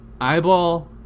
eyeball